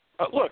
look